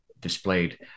displayed